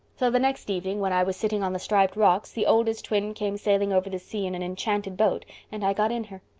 so the next evening when i was sitting on the striped rocks the oldest twin came sailing over the sea in an enchanted boat and i got in her.